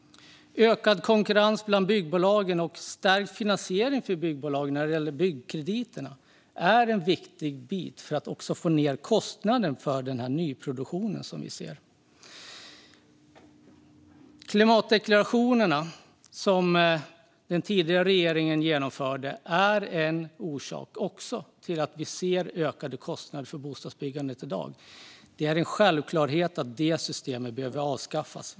Ökad konkurrens bland byggbolagen och stärkt finansiering för byggbolagen när det gäller byggkrediterna är en viktig bit för att få ned kostnaden för den nyproduktion som vi ser. Klimatdeklarationerna som den tidigare regeringen genomförde är också en orsak till att vi i dag ser ökade kostnader för bostadsbyggandet. Det är en självklarhet att det systemet behöver avskaffas.